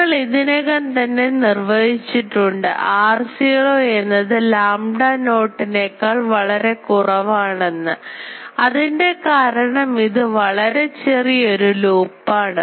നമ്മൾ ഇതിനകം തന്നെ നിർവചിച്ചിട്ടുണ്ട് r0 എന്നത് lamda not നേക്കാൾ വളരെ കുറവാണെന്ന് അതിൻറെ കാരണം ഇത് വളരെ ചെറിയ ഒരു ലൂപ്പാണ്